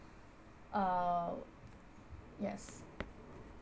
uh yes